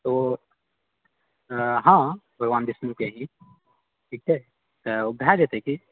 ओ हँ भगवान विष्णुके ही ठीक छै तऽ ओ भए जेतै की